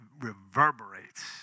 reverberates